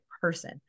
person